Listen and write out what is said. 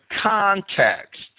context